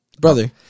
Brother